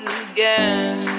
again